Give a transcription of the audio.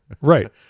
Right